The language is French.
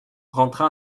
rentra